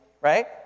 right